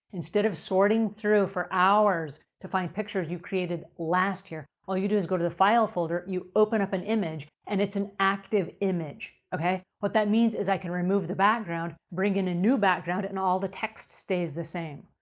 instead of sorting through for hours to find pictures you created last year, all you do is go to the file folder, you open up an image and it's an active image. what that means is i can remove the background, bring in a new background and all the text stays the same.